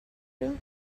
you